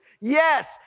Yes